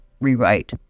rewrite